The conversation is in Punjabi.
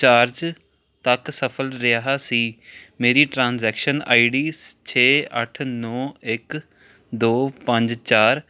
ਚਾਰਜ ਤੱਕ ਸਫਲ ਰਿਹਾ ਸੀ ਮੇਰੀ ਟ੍ਰਾਂਜੈਕਸ਼ਨ ਆਈਡੀ ਛੇ ਅੱਠ ਨੌਂ ਇੱਕ ਦੋ ਪੰਜ ਚਾਰ